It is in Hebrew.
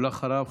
ואחריו,